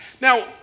Now